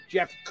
Jeff